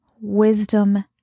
wisdom